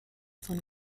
von